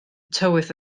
tywydd